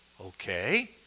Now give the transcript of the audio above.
Okay